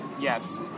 Yes